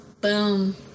boom